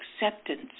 acceptance